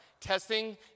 Testing